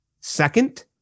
Second